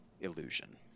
illusion